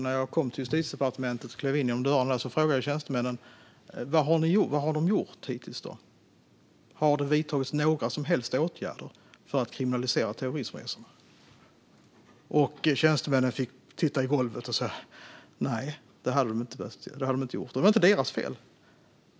När jag klev in genom dörrarna på Justitiedepartementet frågade jag tjänstemännen: Vad har de gjort hittills? Har det vidtagits några som helst åtgärder för att kriminalisera terrorismresorna? Tjänstemännen fick titta ned i golvet och säga: Nej, det har det inte. Det var inte deras fel.